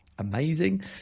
amazing